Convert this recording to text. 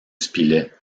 spilett